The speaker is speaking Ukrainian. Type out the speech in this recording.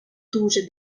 дуже